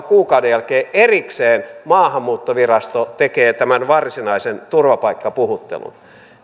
kuukauden jälkeen erikseen maahanmuuttovirasto tekee tämän varsinaisen turvapaikkapuhuttelun